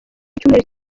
icyumweru